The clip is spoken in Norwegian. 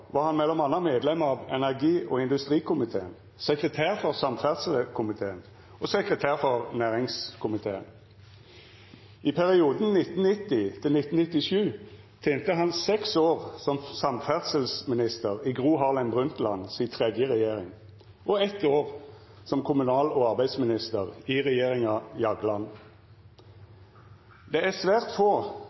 var han m.a. medlem av energi- og industrikomiteen, sekretær for samferdselskomiteen og sekretær for næringskomiteen. I perioden 1990 til 1997 tente han seks år som samferdselsminister i Gro Harlem Brundtland si tredje regjering og eit år som kommunal- og arbeidsminister i regjeringa Jagland. Det er svært få